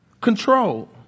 Control